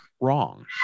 wrong